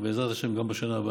ובעזרת השם גם בשנה הבאה.